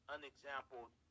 Unexampled